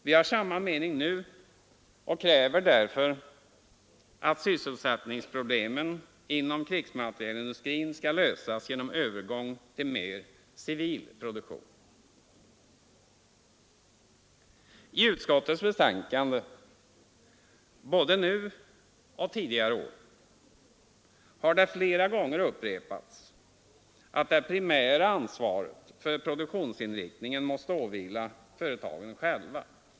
Vi har samma mening nu, och kräver därför att sysselsättningsproblemen inom krigsmaterielindustrin skall lösas genom övergång till mer civil produktion. I utskottets betänkande — både nu och tidigare år — har det flera gånger upprepats att det primära ansvaret för produktionsinriktningen måste åvila företagen själva.